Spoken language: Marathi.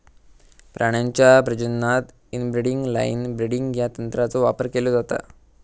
प्राण्यांच्या प्रजननात इनब्रीडिंग लाइन ब्रीडिंग या तंत्राचो वापर केलो जाता